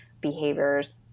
behaviors